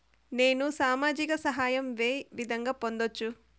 నేను సామాజిక సహాయం వే విధంగా పొందొచ్చు?